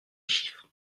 chiffres